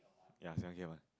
ya seven K a month